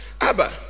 Abba